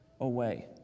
away